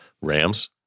Rams